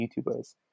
YouTubers